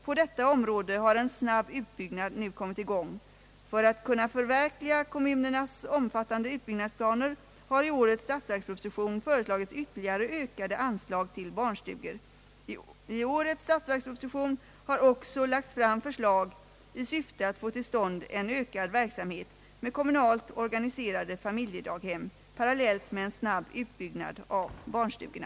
På detta område har en snabb utbyggnad nu kommit i gång. För att kunna förverkliga kommunernas omfattande utbyggnadsplaner har i årets statsverksproposition föreslagits ytterligare ökade anslag till barnstugor. I årets statsverksproposition har också lagts fram förslag i syfte att få till stånd en ökad verksamhet med kommunalt organiserade familjedaghem parallellt med en snabb utbyggnad av barnstugorna.»